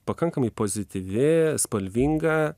pakankamai pozityvi spalvinga